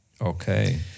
Okay